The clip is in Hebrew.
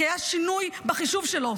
כי היה שינוי בחישוב שלו.